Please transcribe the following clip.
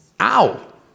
Ow